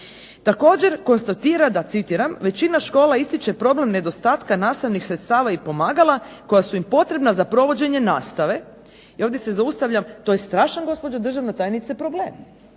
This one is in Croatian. Također konstatira da citiram: "Većina škola istiće problem nedostatka sredstava i pomagala koja su im potrebna za provođenje nastave" i ovdje se zaustavljam, to je strašan gospođo državna tajnice problem,